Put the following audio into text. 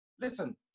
Listen